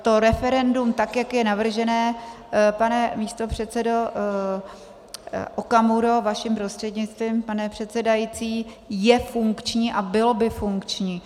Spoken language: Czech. To referendum, tak jak je navržené, pane místopředsedo Okamuro, vaším prostřednictvím, pane předsedající, je funkční a bylo by funkční.